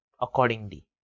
accordingly